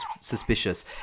suspicious